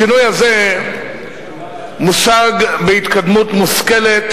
השינוי הזה מושג בהתקדמות מושכלת,